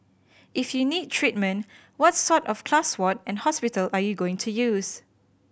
if you need treatment what sort of class ward and hospital are you going to use